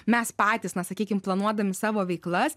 mes patys na sakykim planuodami savo veiklas